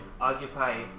occupy